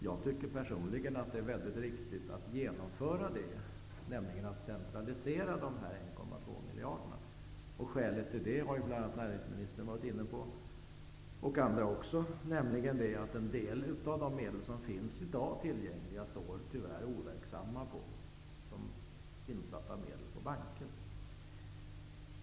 Jag tycker personligen att det är mycket riktigt att centralisera dessa 1,2 miljarder. Skälet till detta har näringsministern och andra varit inne på, nämligen att en del av de medel som i dag finns tillgängliga tyvärr står overksamma som insatta medel på banker.